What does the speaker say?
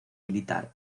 militar